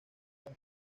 las